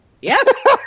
Yes